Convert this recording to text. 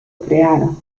crearon